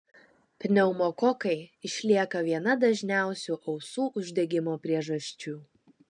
pneumokokai išlieka viena dažniausių ausų uždegimo priežasčių